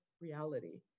reality